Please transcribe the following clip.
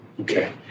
Okay